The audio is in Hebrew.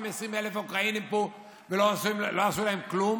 20,000 אוקראינים פה ולא עשו להם כלום?